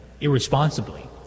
irresponsibly